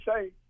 say